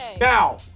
now